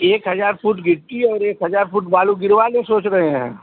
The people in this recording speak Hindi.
एक हजार फुट गिट्टी और एक हजार फुट बालू गिरवा लें सोच रहे हैं